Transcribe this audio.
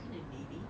green and navy